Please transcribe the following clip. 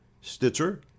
Stitcher